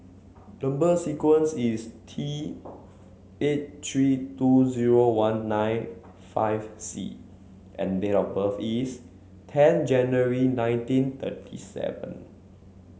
number sequence is T eight three two zero one nine five C and date of birth is ten January nineteen thirty seven